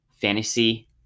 fantasy